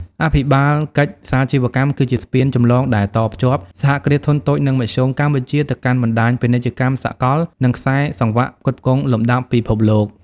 អភិបាលកិច្ចសាជីវកម្មគឺជាស្ពានចម្លងដែលតភ្ជាប់ សហគ្រាសធុនតូច និងមធ្យម កម្ពុជា ទៅកាន់បណ្ដាញពាណិជ្ជកម្មសកល និងខ្សែសង្វាក់ផ្គត់ផ្គង់លំដាប់ពិភពលោក។